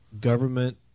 government